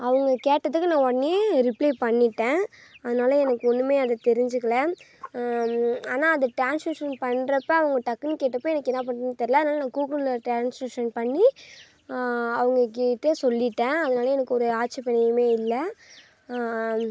அவங்க கேட்டதுக்கு நான் உடனே ரிப்லே பண்ணிட்டேன் அதனால் எனக்கு ஒன்றுமே அது தெரிஞ்சிக்கல ஆனால் அதை ட்ரான்ஸ்லேஷன் பண்ணுறப்ப அவங்க டக்குனு கேட்டப்போ எனக்கு என்ன பண்ணுறதுன்னு தெரியல அதனால் நான் கூகுளில் ட்ரான்ஸ்லேஷன் பண்ணி அவங்கக்கிட்ட சொல்லிட்டேன் அதனால் எனக்கு ஒரு ஆட்சேபனையுமே இல்லை